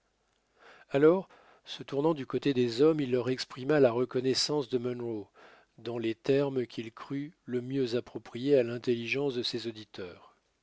alors se tournant du côté des hommes il leur exprima la reconnaissance de munro dans les termes qu'il crut le mieux appropriés à l'intelligence de ses auditeurs